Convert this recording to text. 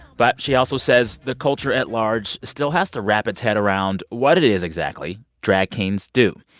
but she also says the culture at large still has to wrap its head around what it is exactly drag kings do.